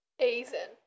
Aizen